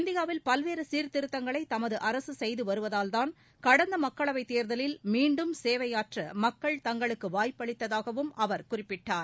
இந்தியாவில் பல்வேறு சீர்திருத்தங்களை தமது அரசு செய்து வருவதால்தான் கடந்த மக்களவைத் தேர்தலில் மீண்டும் சேவையாற்ற மக்கள் தங்களுக்கு வாய்ப்பளித்ததாகவும் அவர் குறிப்பிட்டார்